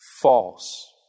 false